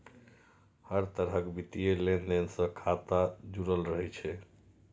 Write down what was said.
हर तरहक वित्तीय लेनदेन सं खाता संख्या जुड़ल रहै छै